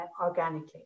organically